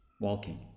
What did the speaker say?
Walking